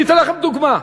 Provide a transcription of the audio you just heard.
אתן לכם דוגמה.